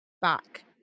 back